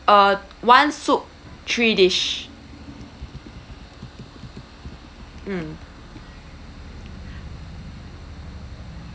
uh one soup three dish mm